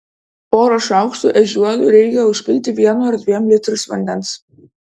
porą šaukštų ežiuolių reikia užpilti vienu ar dviem litrais vandens